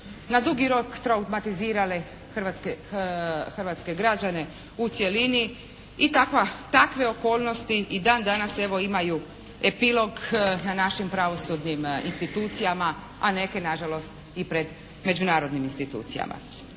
na dugi rok traumatizirale hrvatske građane u cjelini i takve okolnosti i dan danas imaju epilog na našim pravosudnim institucijama a neke nažalost i pred međunarodnim institucijama.